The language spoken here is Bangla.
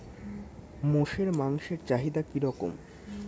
মোষের মাংসের চাহিদা কি রকম?